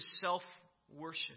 self-worship